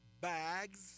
bags